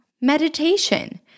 Meditation